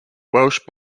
welsh